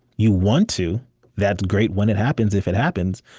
you want to that's great when it happens, if it happens.